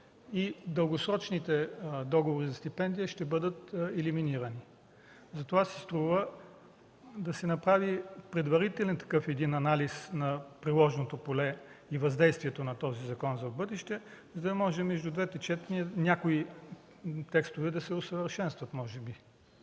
Дългосрочните договори за стипендии ще бъдат елиминирани. Затова си струва да се направи предварителен анализ на приложното поле и въздействието на този закон в бъдеще, за да може между двете четения някои текстове да се усъвършенстват.